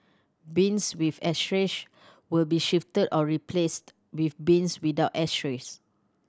bins with ashtrays will be shifted or replaced with bins without ashtrays